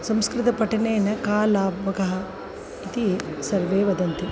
संस्कृत पठनेन कः लाभः कः इति सर्वे वदन्ति